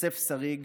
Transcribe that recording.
יוסף שריג